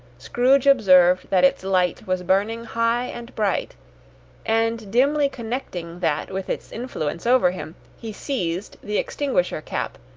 scrooge observed that its light was burning high and bright and dimly connecting that with its influence over him, he seized the extinguisher-cap,